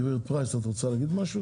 ד"ר אלרעי-פרייס, בבקשה.